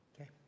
okay